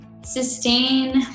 Sustain